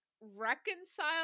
reconcile